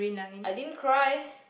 I didn't cry